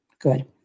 Good